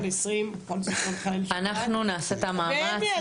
אנחנו נעשה את המאמץ,